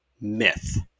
myth